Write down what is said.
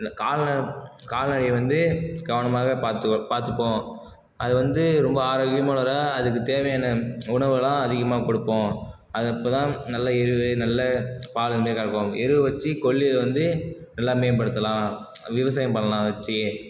இந்த கால்ந கால்நடையை வந்து கவனமாக பார்த்து பார்த்துப்போம் அது வந்து ரொம்ப ஆரோக்கியமானதாக அதுக்கு தேவையான உணவுகளாம் அதிகமாக கொடுப்போம் அது அப்போ தான் நல்ல எருவு நல்ல பால் அதுமாரி கறக்கும் எருவு வச்சு கொல்லைல வந்து நல்லா மேம்படுத்தலாம் விவசாயம் பண்ணலாம் வச்சு